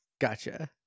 Gotcha